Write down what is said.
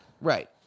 Right